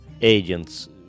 agents